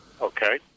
Okay